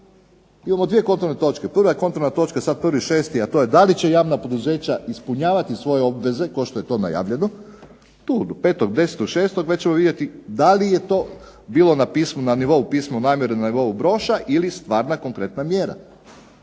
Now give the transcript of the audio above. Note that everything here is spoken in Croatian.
Imamo dvije kontrolne točke. Prva kontrolna točka je sada 1. 6. a to je da li će javna poduzeća ispunjavati svoje obveze kao što je to najavljeno tu do 5, 10. 6. da li je to bilo na nivou pismo namjere, na nivou broša ili stvarna konkretna mjera.